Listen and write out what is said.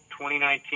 2019